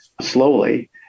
slowly